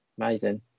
Amazing